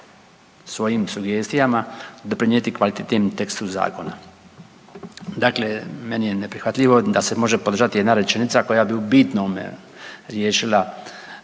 svojim sugestijama doprinijeti kvalitetnijem tekstu zakona. Dakle, meni je neprihvatljivo da se može podržati jedna rečenica koja bi u bitnome riješila